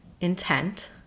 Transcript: intent